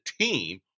team